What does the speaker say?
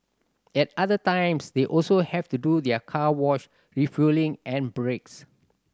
at other times they also have to do their car wash refuelling and breaks